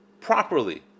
properly